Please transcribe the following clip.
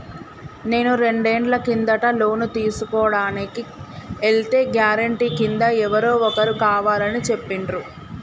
నేను రెండేళ్ల కిందట లోను తీసుకోడానికి ఎల్తే గారెంటీ కింద ఎవరో ఒకరు కావాలని చెప్పిండ్రు